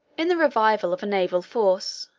in the revival of a naval force,